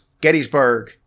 Gettysburg